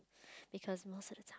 because most of the